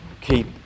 keep